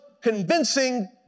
convincing